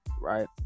right